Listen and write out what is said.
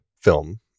film